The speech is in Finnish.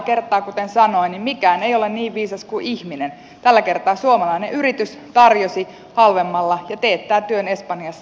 mutta kuten sanoin mikään ei ole niin viisas kuin ihminen tällä kertaa suomalainen yritys tarjosi halvemmalla ja teettää työn espanjassa